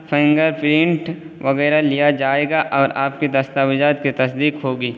finger print وغیرہ لیا جائے گا اور آپ کے دستاویزات کی تصدیق ہوگی